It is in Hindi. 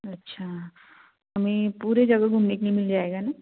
अच्छा हमें पूरे जगह घूमने के लिए मिल जाएगा न